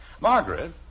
Margaret